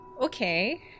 okay